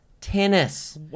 tennis